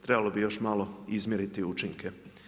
Trebalo bi još malo izmjeriti učinke.